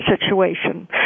situation